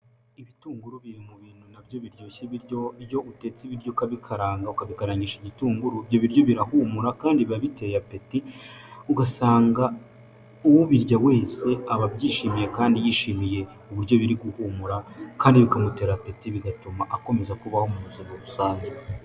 Ibitunguru biri mu bintu nabyo biryoshye ibiryo, iyo utetse ibiryo ukabikaranga ukabikarangisha igitunguru, ibyo biryo birahumura kandi biba biteye apeti, ugasanga ubirya wese aba abyishimiye kandi yishimiye uburyo biri guhumura, kandi bikamutera apeti bigatuma akomeza kubaho mu buzima busanzwe.